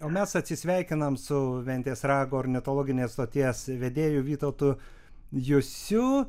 o mes atsisveikinam su ventės rago ornitologinės stoties vedėju vytautu jusiu